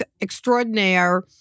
extraordinaire